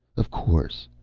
of course.